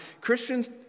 Christians